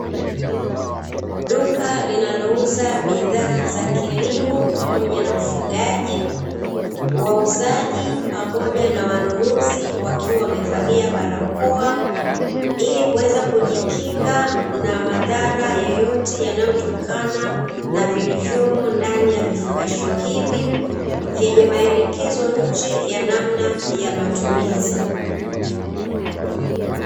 Duka linalouza bidhaa za kilimo pamoja na ufugaji wauzaji pamoja na wanunuzi. Wakiwa wamevalia barakoa ili kuweza kujikinga na madhara yeyote yanayotokana na vilivyomo ndani ya vifungashio hivi vyenye maelekezo nje ya namna ya matumizi.